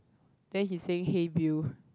then he saying hey Bill